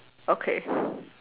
okay